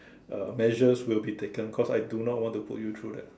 uh measures will be taken cause I do not want to put you through that